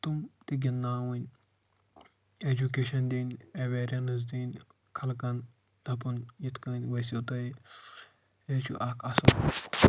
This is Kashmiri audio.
تم تہِ ِگندناوٕنۍ ایجوٗکیشَن دِنۍ ایویرنس دِنۍ خلکَن دَپُن ِیتھ کٔنۍ ؤسو تُہۍ یہِ چھُ اکھ اصل